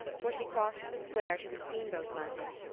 for she crossed the square to the steam-boat landing,